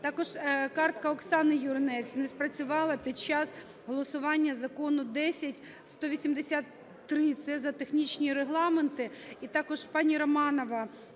Також картка ОксаниЮринець не спрацювала під час голосування закону 10183, це за технічні регламенти.